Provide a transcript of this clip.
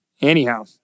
Anyhow